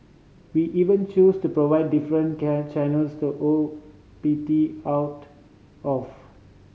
we even choose to provide different can channels to O P T out of